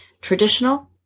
traditional